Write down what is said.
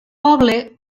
poble